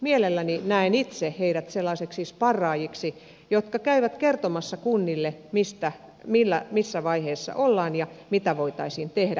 mielelläni näen itse heidät sellaisiksi sparraajiksi jotka käyvät kertomassa kunnille missä vaiheessa ollaan ja mitä voitaisiin tehdä